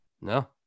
no